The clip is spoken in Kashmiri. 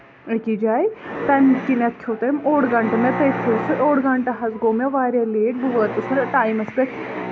أکِس جایہِ تَمہِ کِنیتھ کھٮ۪و تٔمۍ اوٚڈ گَنٹہٕ مےٚ پیٹھِ سُہ اوٚڈ گَنٹہٕ حظ گوٚو مےٚ واریاہ لیٹ بہٕ حظ وٲژس نہٕ ٹایمَس پٮ۪ٹھ